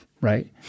right